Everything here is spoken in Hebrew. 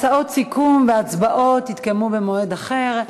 הצעות סיכום והצבעות יתקיימו במועד אחר.